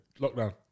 Lockdown